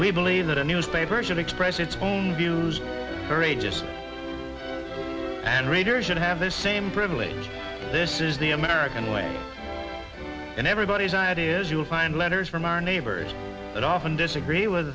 we believe that a newspaper should express its own views for a just and readers should have the same privilege this is the american way and everybody's ideas you'll find letters from our neighbors that often disagree with